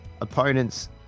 Opponents